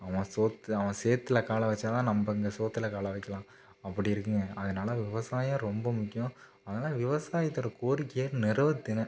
அவங்க சோற்று அவன் சேற்றுல காலை வச்சா தான் நம்ம இங்கே சோற்றுல காலை வைக்கலாம் அப்படி இருக்குதுங்க அதனால் விவசாயம் ரொம்ப முக்கியம் அதனால் விவசாயத்தோட கோரிக்கையை நிறவேற்றுங்க